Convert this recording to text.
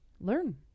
learn